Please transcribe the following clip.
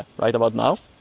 right about now